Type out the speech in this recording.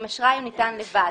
אם אשראי ניתן לבד,